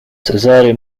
cezary